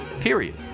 Period